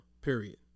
Period